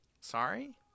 Sorry